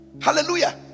hallelujah